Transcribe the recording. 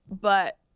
But-